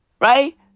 right